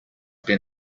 been